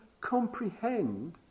comprehend